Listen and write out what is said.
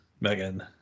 Megan